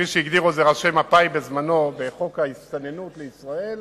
כפי שהגדירו את זה ראשי מפא"י בזמנו בחוק ההסתננות לישראל,